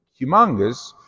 humongous